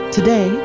Today